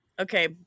okay